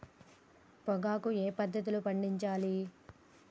పొగాకు ఏ పద్ధతిలో పండించాలి?